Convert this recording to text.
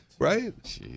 Right